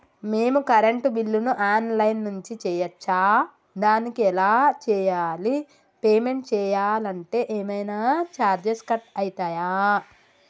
మేము కరెంటు బిల్లును online నుంచి చేయచ్చా? దానికి ఎలా చేయాలి? పేమెంట్ చేయాలంటే ఏమైనా చార్జెస్ కట్ అయితయా?